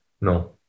no